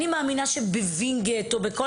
אני מאמינה שבווינגייט, או בכל